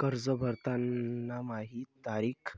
कर्ज भरताना माही तारीख